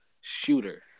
shooter